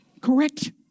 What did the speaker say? correct